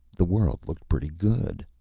the world looked pretty good.